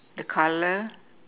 the colour